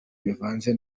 bivanze